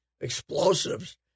explosives